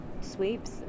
sweeps